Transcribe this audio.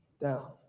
down